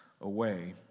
away